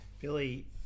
Billy